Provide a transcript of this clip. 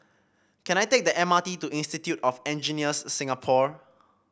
can I take the M R T to Institute of Engineers Singapore